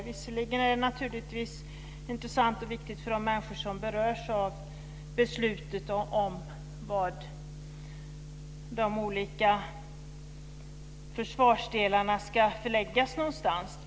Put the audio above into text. Visserligen är det naturligtvis intressant och viktigt för de människor som berörs av riksdagens beslut om var de olika försvarsdelarna ska förläggas.